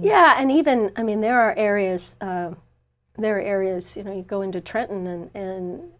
yeah uneven i mean there are areas there are areas you know you go into trenton and